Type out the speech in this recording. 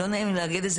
לא נעים לי להגיד את זה,